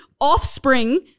offspring